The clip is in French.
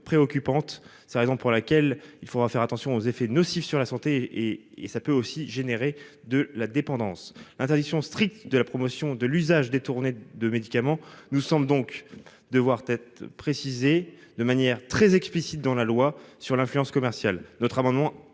C'est la raison pour laquelle il faudra faire attention aux effets nocifs sur la santé et ça peut aussi générer de la dépendance, l'interdiction stricte de la promotion de l'usage détourné de médicaments. Nous sommes donc de voir tête préciser de manière très explicite dans la loi sur l'influence commerciale